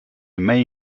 may